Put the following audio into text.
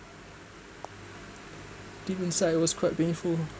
deep inside it was quite painful